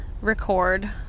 record